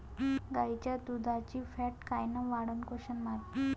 गाईच्या दुधाची फॅट कायन वाढन?